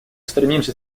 стремимся